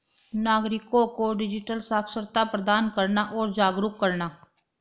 नागरिको को डिजिटल साक्षरता प्रदान करना और जागरूक करना